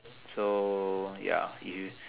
so ya if you